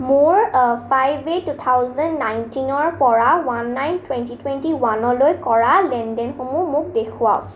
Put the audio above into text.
মোৰ five eight two thousand নাইনটিনৰপৰা one nine twenty twenty ওৱানলৈ কৰা লেনদেনসমূহ মোক দেখুৱাওক